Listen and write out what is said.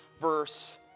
verse